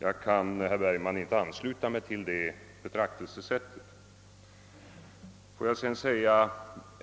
Jag kan för min del, herr Bergman, inte ansluta mig till ett sådant betraktelsesätt.